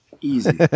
Easy